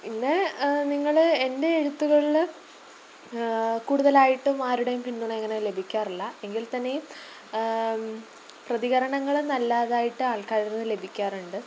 പിന്നെ നിങ്ങൾ എൻ്റെ എഴുത്തുകളിൽ കൂടുതലായിട്ടും ആരുടെയും പിന്തുണയങ്ങനെ ലഭിക്കാറില്ല എങ്കിൽ തന്നെയും പ്രതികരണങ്ങൾ നല്ലതായിട്ട് ആൾക്കാരിൽ നിന്നു ലഭിക്കാറുണ്ട്